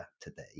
today